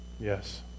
Yes